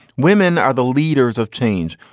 women are the leaders of change.